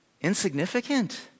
insignificant